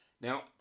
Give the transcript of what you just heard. Now